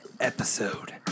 episode